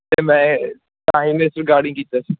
ਅਤੇ ਮੈਂ ਤਾਂਹੀ ਇਸ ਰਿਗਾਰਡਿੰਗ ਕੀਤਾ ਸੀ